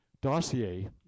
dossier